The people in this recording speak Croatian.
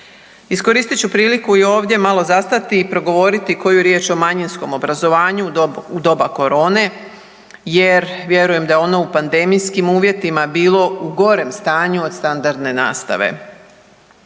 Iskoristit ću priliku i ovdje malo zastati i progovoriti koju riječ o manjinskom obrazovanju u doba korona jer vjerujem da je ono u pandemijskim uvjetima bilo u gorem stanju od standardne nastave.